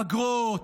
אגרות,